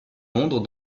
londres